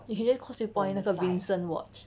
you should just Causeway point 那个 Vincent watch